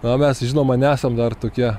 o mes žinoma nesam dar tokie